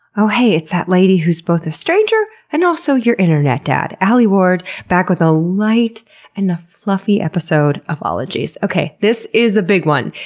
oh heeeyyy, it's that lady who's both a stranger and also your internet dad, alie ward. back with a light and fluffy episode of ologies. okay, this is a big one!